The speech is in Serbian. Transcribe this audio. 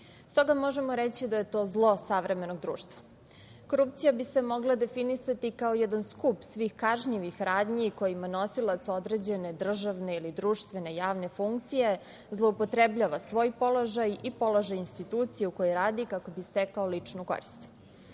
možemo reći da je to zlo savremenog društva. Korupcija bi se mogla definisati kao jedan skup svih kažnjivih radnji kojima nosilac određene državne ili društvene javne funkcije zloupotrebljava svoj položaj i položaj institucije u kojoj radi kako bi stekao ličnu korist. Ta